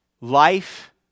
life